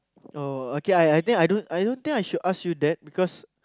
oh okay I I think I don't I don't think I should ask you that because